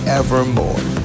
evermore